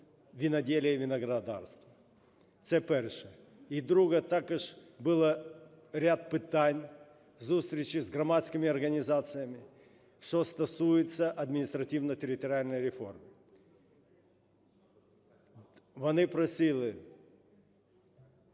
винодєліє і виноградарство. Це перше. І друге. Також був ряд питань, зустрічі з громадськими організаціями, що стосується адміністративно-територіальної реформи. Вони просили